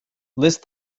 list